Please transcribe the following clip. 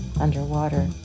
underwater